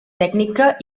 tècnica